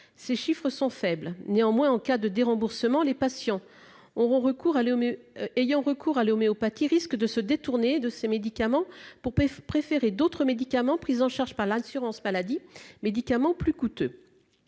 Ces chiffres sont faibles. Néanmoins, en cas de déremboursement, les patients ayant recours à l'homéopathie risquent de se détourner de ces médicaments, au bénéfice d'autres, pris en charge par l'assurance maladie et plus coûteux.